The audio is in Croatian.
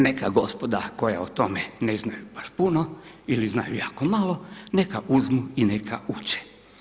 Neka gospoda koja o tome ne znaju baš puno ili znaju jako malo neka uzmu i neka uče.